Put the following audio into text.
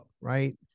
right